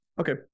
okay